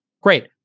Great